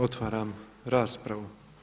Otvaram raspravu.